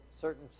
certain